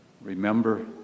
Remember